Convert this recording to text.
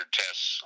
tests